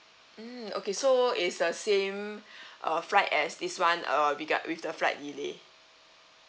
mm okay so it's the same uh flight as this one uh regard with the flight delay